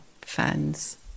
fans